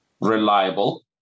reliable